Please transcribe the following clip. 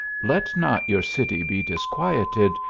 let not your city be disquieted,